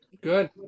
Good